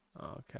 Okay